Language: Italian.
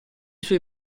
suoi